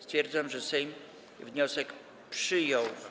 Stwierdzam, że Sejm wniosek przyjął.